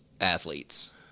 athletes